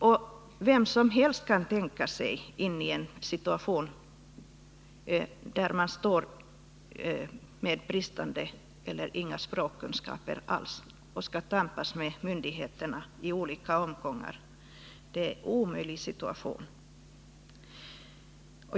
Och vem som helst kan tänka sig in i en situation, där man står med bristande eller inga språkkunskaper alls och skall tampas med myndigheterna i olika omgångar. Det är en omöjlig situation.